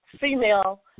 female